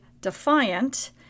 Defiant